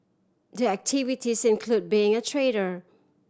the activities include being a trader